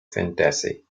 fantasy